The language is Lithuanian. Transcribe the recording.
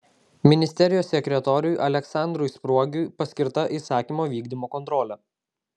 ministerijos sekretoriui aleksandrui spruogiui paskirta įsakymo vykdymo kontrolė